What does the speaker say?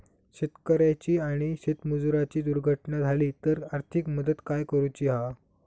शेतकऱ्याची आणि शेतमजुराची दुर्घटना झाली तर आर्थिक मदत काय करूची हा?